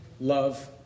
love